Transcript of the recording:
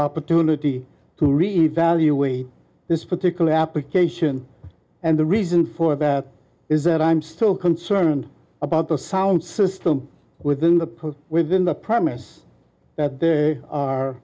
opportunity to really evaluate this particular application and the reason for that is that i'm still concerned about the sound system within the within the premise that they are